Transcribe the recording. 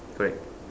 correct